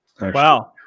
Wow